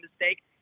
mistake